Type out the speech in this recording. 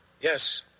Yes